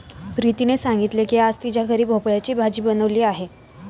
प्रीतीने सांगितले की आज तिच्या घरी भोपळ्याची भाजी बनवली आहे